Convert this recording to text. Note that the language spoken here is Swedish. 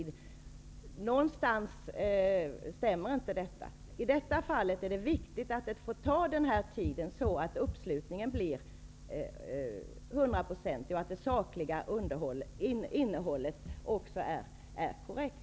Det är någonting som inte stämmer i detta. I det här fallet är det viktigt att det får ta tid så att uppslutningen blir hundraprocentig och att det sakliga innehållet också är korrekt.